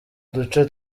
duce